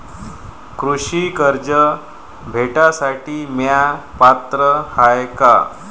कृषी कर्ज भेटासाठी म्या पात्र हाय का?